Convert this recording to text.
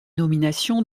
nominations